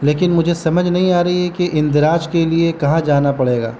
لیکن مجھے سمجھ نہیں آ رہی ہے کہ اندراج کے لیے کہاں جانا پڑے گا